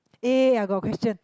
eh I got a question